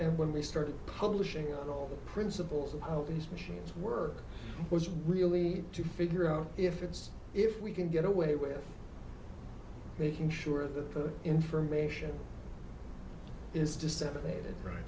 and when we started publishing the principles of how these machines work was really to figure out if it's if we can get away with making sure that the information is disseminated right